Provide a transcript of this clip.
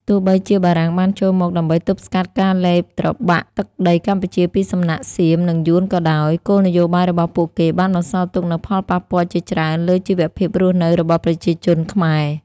ទោះបីជាបារាំងបានចូលមកដើម្បីទប់ស្កាត់ការលេបត្របាក់ទឹកដីកម្ពុជាពីសំណាក់សៀម និងយួនក៏ដោយ គោលនយោបាយរបស់ពួកគេបានបន្សល់ទុកនូវផលប៉ះពាល់ជាច្រើនលើជីវភាពរស់នៅរបស់ប្រជាជនខ្មែរ។